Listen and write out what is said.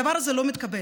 הדבר הזה לא מתקבל.